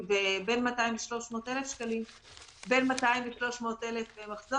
בין 300,000-200,000 שקלים למחזור,